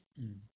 mm